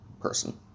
person